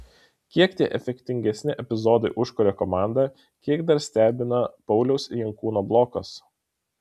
kiek tie efektingesni epizodai užkuria komandą kiek dar stebina pauliaus jankūno blokas